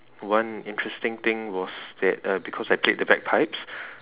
one interesting thing was that uh because I played the bagpipes